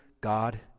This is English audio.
God